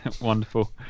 wonderful